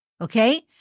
Okay